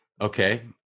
Okay